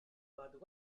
but